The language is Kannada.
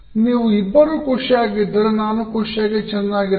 ನೀವು ಇಬ್ಬರೂ ಖುಷಿಯಾಗಿದ್ದಾರೆ ನಾನು ಖುಷಿಯಾಗಿ ಚೆನ್ನಾಗಿರುವೆ